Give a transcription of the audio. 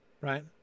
right